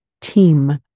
team